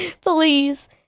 please